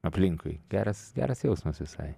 aplinkui geras geras jausmas visai